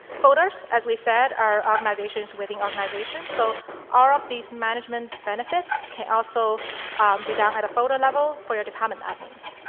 folders, as we said, are organizations within organizations. so all of these management benefits can also be done at a folder level for your department admins.